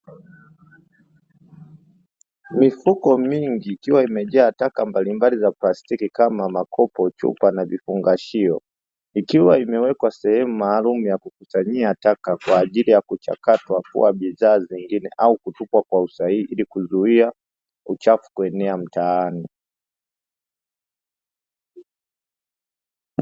Mifuko mingi ikiwa imejaa taka mbalimbali za plastiki kama makopo, chupa na vifungashio ikiwa imewekwa sehemu maalumu ya kukusanyia taka kwa ajili ya kuchakatwa kuwa bidhaa zingine au kutupwa kwa usahihi ili kuzuia uchafu kuenea mtaani.